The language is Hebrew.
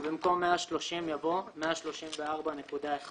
ובמקום "130%" יבוא "134.1%";